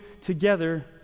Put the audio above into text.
together